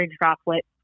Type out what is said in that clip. droplet